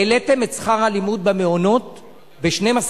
העליתם את שכר הלימוד במעונות ב-12%,